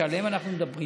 שעליהן אנחנו מדברים,